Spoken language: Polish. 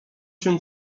się